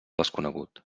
desconegut